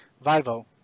Vivo